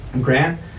grant